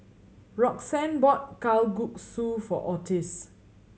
Roxanne bought Kalguksu for Ottis